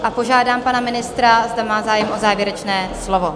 A požádám pana ministra, zda má zájem o závěrečné slovo?